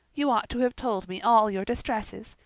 you ought to have told me all your distresses.